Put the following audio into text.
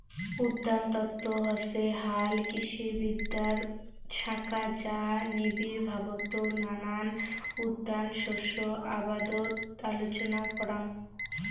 উদ্যানতত্ত্ব হসে হালকৃষিবিদ্যার শাখা যা নিবিড়ভাবত নানান উদ্যান শস্য আবাদত আলোচনা করাং